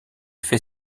fait